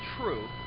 true